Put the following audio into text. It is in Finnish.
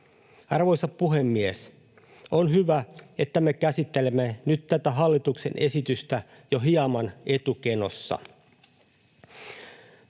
Arvoisa puhemies! On hyvä, että me käsittelemme nyt tätä hallituksen esitystä jo hieman etukenossa.